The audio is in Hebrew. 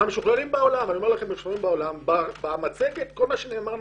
מהמשוכללים בעולם, במצגת כל מה שנאמר נכון.